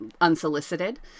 unsolicited